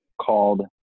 called